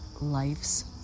life's